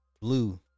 Blue